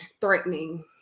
threatening